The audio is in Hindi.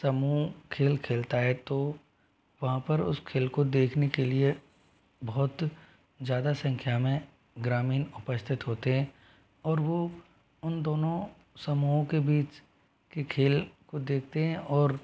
समूह खेल खेलता है तो वहाँ पर उस खेल को देखने के लिए बहुत ज़्यादा संख्या में ग्रामीण उपस्थित होते हैं और वो उन दोनों समूहों के बीच के खेल को देखते हैं और